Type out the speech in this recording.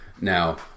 Now